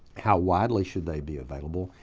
how widely should they be available,